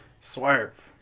Swerve